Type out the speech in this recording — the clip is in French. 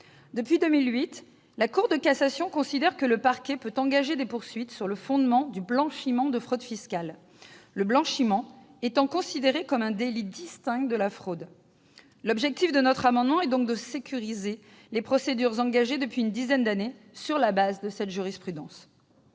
Depuis 2008, la Cour de cassation considère que le parquet peut engager des poursuites sur le fondement du blanchiment de fraude fiscale, le blanchiment étant considéré comme un délit distinct de la fraude. L'objet de notre amendement est donc de sécuriser les procédures engagées depuis une dizaine d'années sur la base de cette jurisprudence.